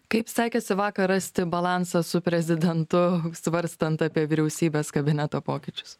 kaip sekėsi vakar rasti balansą su prezidentu svarstant apie vyriausybės kabineto pokyčius